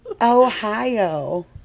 Ohio